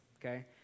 okay